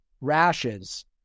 rashes